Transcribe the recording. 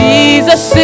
Jesus